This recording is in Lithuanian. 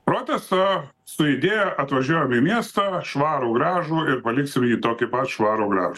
protestą su idėja atvažiuojam į miestą švarų gražų ir paliksime jį tokį pat švarų gražų